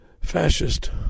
fascist